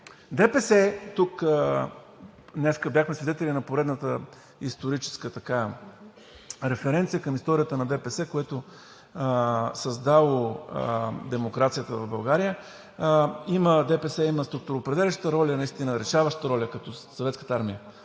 Днес бяхме свидетели на поредната историческа референция към историята на ДПС – което създало демокрацията в България. ДПС има структуроопределяща роля, наистина решаваща роля – „като